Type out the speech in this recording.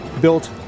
built